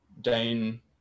Dane